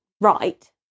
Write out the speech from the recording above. right